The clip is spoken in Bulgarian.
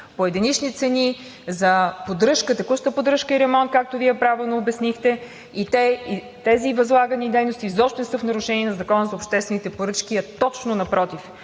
по единични цени, за текуща поддръжка и ремонт, както Вие правилно обяснихте. Тези възлагани дейности изобщо не са в нарушение на Закона за обществените поръчки, а точно напротив.